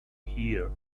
here